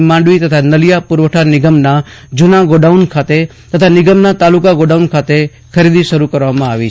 માંડવી તથા નલીયા પુરવઠા નિગમના જુના ગોડાઉંન ખાતે તથા નિગમના તાલુકા ગોડાઉન ખાતે ખરીદી શરૂ કરવામાં આવશે